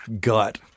gut